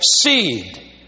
seed